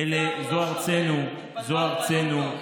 זו ארצנו,